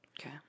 Okay